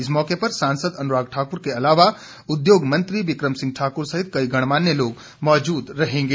इस मौके पर सांसद अनुराग ठाक्र के अलावा उद्योग मंत्री बिकम सिंह ठाक्र सहित कई गणमान्य लोग मौजूद रहेंगे